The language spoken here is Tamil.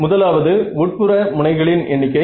முதலாவது உட்புற முனைகளின் எண்ணிக்கை